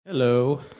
Hello